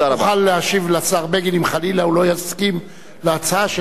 תוכל להשיב לשר בגין אם חלילה הוא לא יסכים להצעה שלך,